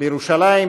לירושלים,